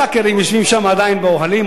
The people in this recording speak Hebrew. ובגן-סאקר הם "סאקרים", יושבים שם עדיין באוהלים.